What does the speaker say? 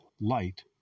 Light